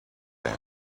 time